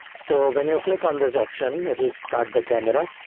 so when you click on this option, it will start the camera.